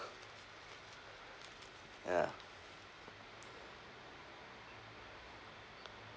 ya